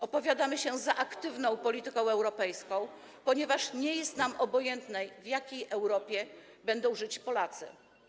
Opowiadamy się za aktywną polityką europejską, ponieważ nie jest nam obojętne, w jakiej Europie będą żyć Polacy.